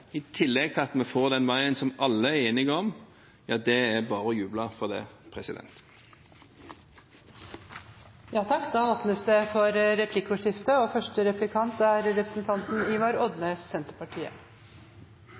i tillegg til at vi får den veien som alle er enige om – ja, det er det bare å juble for. Det blir replikkordskifte. For det første er regionen og